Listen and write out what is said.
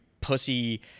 pussy